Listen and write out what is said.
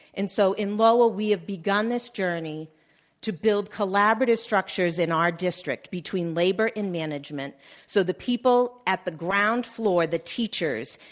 and so in lowell we have begun this journey to build collaborative structures in our district between labor and management so the people at the ground floor, the teachers,